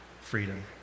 freedom